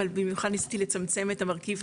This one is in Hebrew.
אבל במיוחד ניסיתי לצמצם את המרכיב,